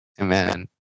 Amen